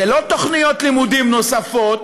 אלה לא תוכניות לימודים נוספות,